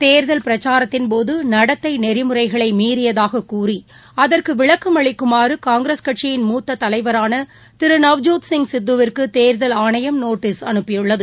தேர்தல் பிரச்சாரத்தின்போதுநடத்தைநெறிமுறைகளைமீறியதாகக் கூறி அதற்குவிளக்கம் அளிக்குமாறுகாங்கிரஸ்கட்சியின் மூத்ததலைவரானதிருநவ்ஜோத் சிங் சித்துவிற்குதோதல் ஆணையம் நோட்டிஸ் அனுபியுள்ளது